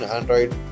Android